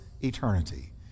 eternity